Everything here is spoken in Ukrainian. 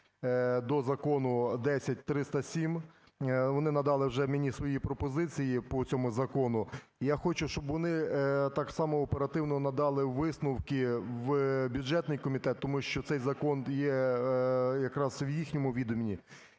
до Закону 10307. Вони надали вже мені свої пропозиції по цьому закону. І я хочу, щоб вони так само оперативно надали висновки в бюджетний комітет, тому що цей закон є якраз в їхньому віданні.